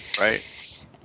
Right